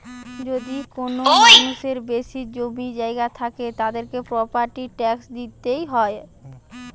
যদি কোনো মানুষের বেশি জমি জায়গা থাকে, তাদেরকে প্রপার্টি ট্যাক্স দিইতে হয়